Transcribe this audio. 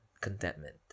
contentment